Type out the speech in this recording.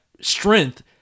strength